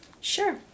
Sure